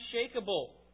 unshakable